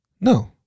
No